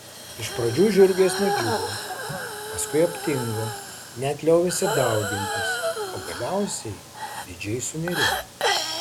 iš pradžių žiurkės nudžiugo paskui aptingo net liovėsi daugintis o galiausiai didžiai sunerimo